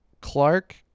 Clark